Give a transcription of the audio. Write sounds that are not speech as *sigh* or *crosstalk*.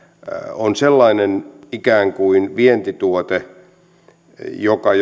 on sellainen ikään kuin vientituote joka *unintelligible*